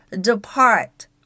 depart